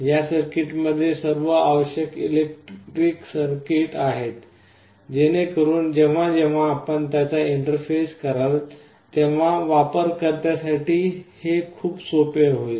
या सर्किट मध्ये सर्व आवश्यक इलेक्ट्रॉनिक सर्किट आहे जेणेकरून जेव्हा आपण त्याचा इंटरफेस कराल तेव्हा वापरकर्त्यासाठी हे खूप सोपे होईल